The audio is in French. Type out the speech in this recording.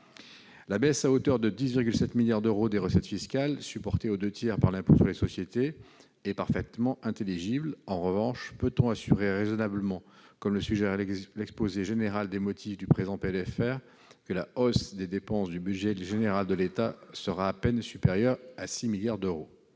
La baisse à hauteur de 10,7 milliards d'euros des recettes fiscales, supportée aux deux tiers par l'impôt sur les sociétés, est parfaitement intelligible. En revanche, peut-on assurer raisonnablement, comme le suggère l'exposé des motifs du présent PLFR, que la hausse des dépenses du budget général de l'État sera à peine supérieure à 6 milliards d'euros ?